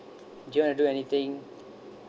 do you want to do anything